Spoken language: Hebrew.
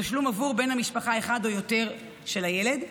תשלום עבור בן משפחה אחד או יותר של הילד,